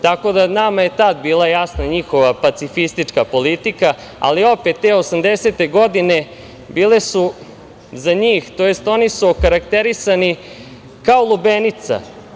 Tako da nama je tad bila jasna njihova pacifistička politika, ali opet te 80-te godine, bile su za njih, tj. oni su okarakterisani kao lubenica.